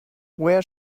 where